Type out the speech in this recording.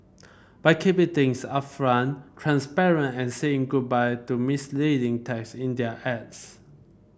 by keeping things upfront transparent and saying goodbye to misleading text in their ads